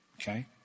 Okay